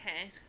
okay